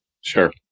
Sure